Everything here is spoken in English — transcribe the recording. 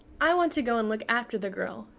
i want to go and look after the girl,